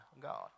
God